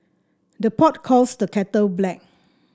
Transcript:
the pot calls the kettle black